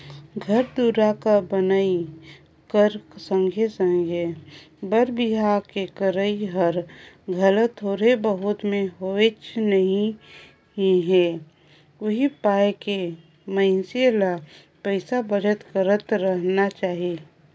घर दुवार कर बनई कर संघे संघे बर बिहा के करई हर घलो थोर बहुत में होनेच नी हे उहीं पाय के मइनसे ल पइसा बचत करत रहिना चाही